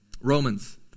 Romans